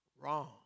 wrong